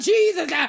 Jesus